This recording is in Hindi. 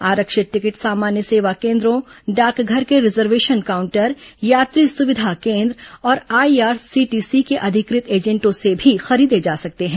आरक्षित टिकट सामान्य सेवा केन्द्रों डाकघर के रिजर्वेशन काउंटर यात्री सुविधा केन्द्र और आईआरसी टीसी के अधिकृत एजेंटों से भी खरीदे जा सकते हैं